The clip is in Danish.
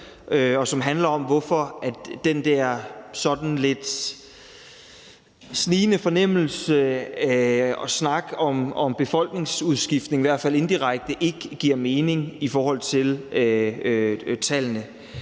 og som handler om, hvorfor den der sådan lidt snigende fornemmelse af at snakke om befolkningsudskiftning, i hvert fald indirekte, ikke giver mening i forhold til tallene.